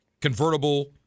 convertible